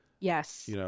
Yes